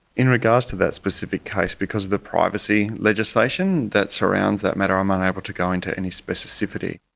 in regards to that specific case, because of the privacy legislation that surrounds that matter, i'm unable to go into any specificity.